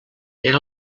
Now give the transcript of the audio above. era